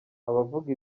abavuga